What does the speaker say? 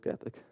ethic